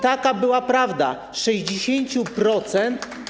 Taka była prawda, 60%.